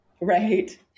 Right